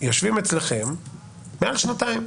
יושבים אצלכם מעל שנתיים?